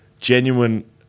Genuine